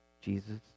Jesus